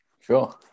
Sure